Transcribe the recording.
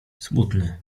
smutny